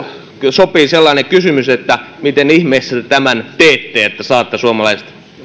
sopii sellainen kysymys että miten ihmeessä te tämän teette että saatte suomalaiset